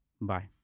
Bye